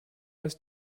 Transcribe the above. ist